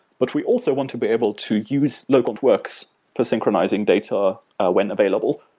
but we also want to be able to use local works for synchronizing data when available.